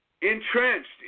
Entrenched